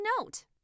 note